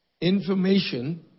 information